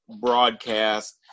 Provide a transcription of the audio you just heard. broadcast